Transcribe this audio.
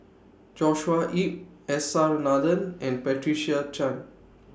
Joshua Ip S R Nathan and Patricia Chan